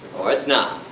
or it is not.